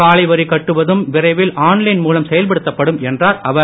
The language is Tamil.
சாலை வரி கட்டுவதும் விரைவில் ஆன்லைன் மூலம் செயல்படுத்தப்படும் என்றார் அவர்